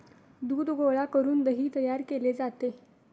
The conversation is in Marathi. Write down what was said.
दूध गोळा करून दही तयार केले जाते